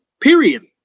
period